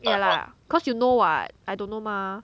yeah lah cause you know [what] I don't know mah